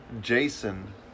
Jason